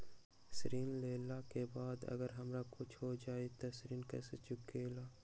ऋण लेला के बाद अगर हमरा कुछ हो जाइ त ऋण कैसे चुकेला?